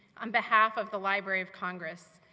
on behalf of the library of congress,